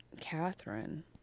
Catherine